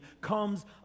comes